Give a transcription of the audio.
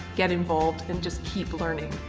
get involved and just keep learning.